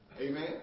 Amen